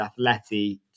Atleti